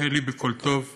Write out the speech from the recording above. בילוקופיטוב אלי,